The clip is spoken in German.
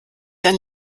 eine